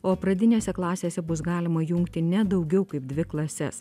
o pradinėse klasėse bus galima jungti ne daugiau kaip dvi klases